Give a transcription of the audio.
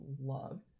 love